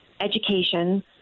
education